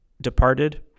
departed